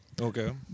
Okay